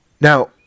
Now